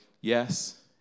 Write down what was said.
yes